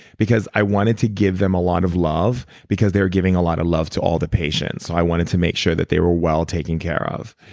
i wanted to give them a lot of love because they are giving a lot of love to all the patients. i wanted to make sure that they were well taken care of.